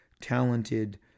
talented